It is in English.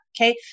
okay